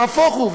נהפוך הוא.